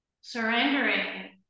surrendering